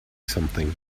something